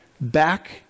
back